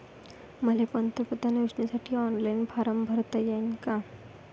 मले पंतप्रधान योजनेसाठी ऑनलाईन फारम भरता येईन का?